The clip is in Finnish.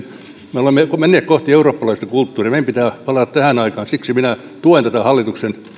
me olemme menneet kohti eurooppalaista kulttuuria meidän pitää palata tähän aikaan siksi minä tuen tätä hallituksen